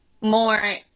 more